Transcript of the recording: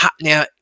Now